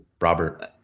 Robert